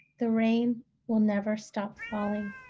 the rain will never stop falling.